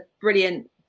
brilliant